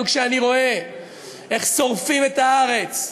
אבל כשאני רואה איך שורפים את הארץ,